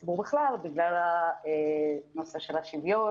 לציבור בכלל בגלל הנושא של השוויון